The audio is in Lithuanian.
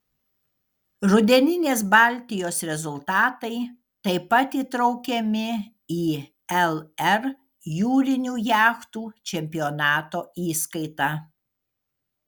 rudeninės baltijos rezultatai taip pat įtraukiami į lr jūrinių jachtų čempionato įskaitą